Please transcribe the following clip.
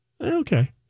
Okay